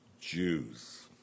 Jews